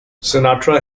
sinatra